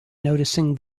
noticing